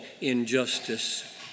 injustice